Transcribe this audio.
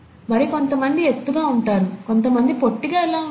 మరి కొంతమంది ఎత్తుగా ఉండగా కొంతమంది పొట్టిగా ఎలా ఉంటారు